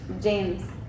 James